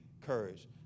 courage